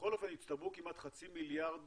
בכל אופן הצטברו כמעט חצי מיליארד